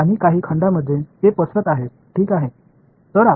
எனவே ஒரு கற்பனையான மேற்பரப்பை எடுப்போம்